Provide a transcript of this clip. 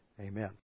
Amen